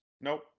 Nope